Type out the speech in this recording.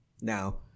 Now